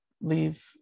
leave